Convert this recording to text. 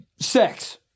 Sex